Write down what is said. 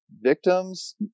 Victims